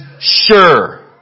Sure